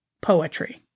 poetry